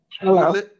hello